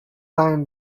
time